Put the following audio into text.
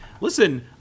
Listen